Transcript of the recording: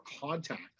contact